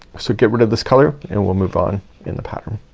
so get rid of this color and we'll move on in the pattern.